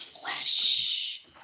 Flesh